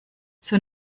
zur